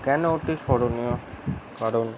কেন এটি স্মরণীয় কারণ